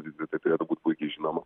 vizitai turėtų būt puikiai žinoma